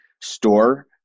store